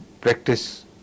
practice